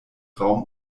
raum